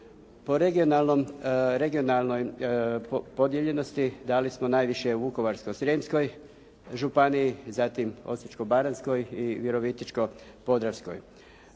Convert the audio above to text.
Po regionalnoj podijeljenosti dali smo najviše u Vukovarsko-srijemskoj županiji, zatim Osječko-baranjskoj i Virovitičko-podravskoj.